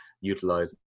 utilize